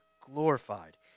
glorified